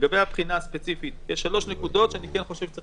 לגבי הבחינה הספציפית יש שלוש נקודות שצריך